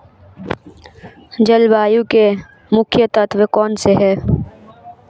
जलवायु के मुख्य तत्व कौनसे हैं?